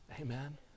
amen